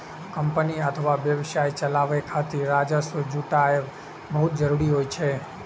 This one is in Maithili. कंपनी अथवा व्यवसाय चलाबै खातिर राजस्व जुटायब बहुत जरूरी होइ छै